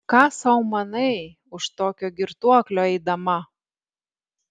ką sau manai už tokio girtuoklio eidama